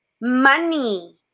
money